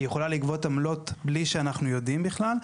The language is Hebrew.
היא יכולה לגבות עמלות בלי שאנחנו יודעים בכלל.